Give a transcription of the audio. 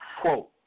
Quote